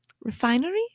refinery